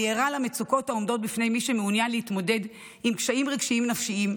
אני ערה למצוקות העומדות בפני מי שמתמודד עם קשיים רגשיים ונפשיים,